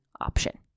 option